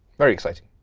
very exciting.